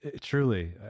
Truly